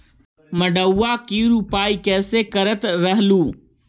मड़उआ की रोपाई कैसे करत रहलू?